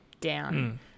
down